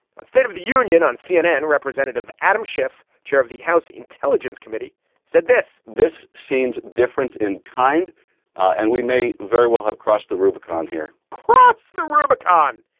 on state of the union on cnn. representative adam schiff chair of the house intelligence committee said this. this seems different in kind and we may very well have crossed the rubicon here cross the rubicon.